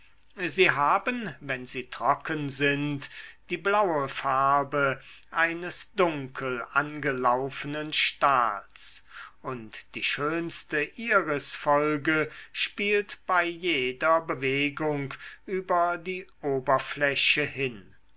sie haben wenn sie trocken sind die blaue farbe eines dunkel angelaufenen stahls und die schönste irisfolge spielt bei jeder bewegung über die oberfläche hin